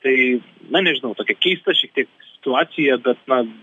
tai na nežinau tokia keista šiek tiek situacija bet na